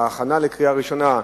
בהכנה לקריאה ראשונה,